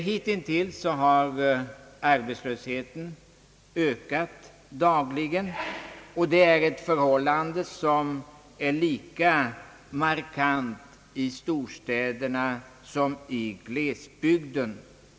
Hittills har arbetslösheten ökat dagligen, och det är ett förhållande som är lika markant i storstäderna som i glesbygden.